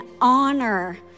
honor